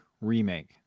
remake